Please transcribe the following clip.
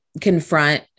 confront